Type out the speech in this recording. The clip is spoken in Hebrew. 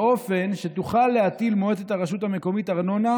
באופן שתוכל להטיל מועצת הרשות המקומית ארנונה